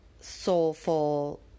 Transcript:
soulful